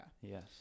Yes